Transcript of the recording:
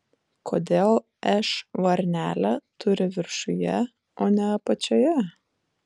kodėl raidė š varnelę turi viršuje o ne apačioje